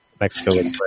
Mexico